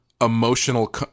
emotional